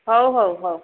ହଉ ହଉ ହଉ